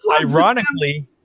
Ironically